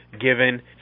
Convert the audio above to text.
given